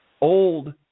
old